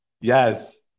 Yes